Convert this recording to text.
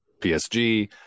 PSG